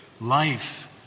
life